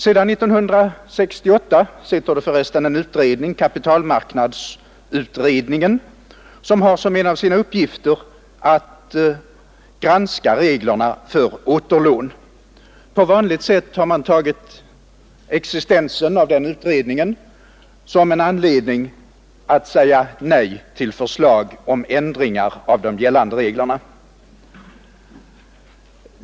Sedan 1968 sitter för resten en utredning, kapitalmarknadsutredningen, som har som en av sina uppgifter att granska reglerna för återlån. På vanligt sätt har man tagit existensen av den utredningen som en anledning att säga nej till förslag om ändringar av de gällande reglerna.